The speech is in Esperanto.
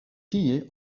tie